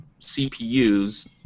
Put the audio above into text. CPUs